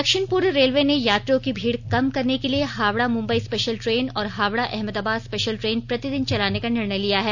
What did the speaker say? दक्षिण पूर्व रेलवे ने यात्रियों की भीड़ कम करने के लिए हावड़ा मुम्बई स्पेशल ट्रेन और हावड़ा अहमदाबाद स्पेशल ट्रेन प्रतिदिन चलाने का निर्णय लिया है